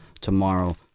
tomorrow